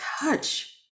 touch